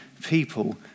people